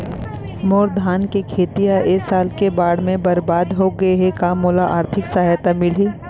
मोर धान के खेती ह ए साल के बाढ़ म बरबाद हो गे हे का मोला आर्थिक सहायता मिलही?